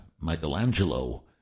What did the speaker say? Michelangelo